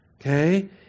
Okay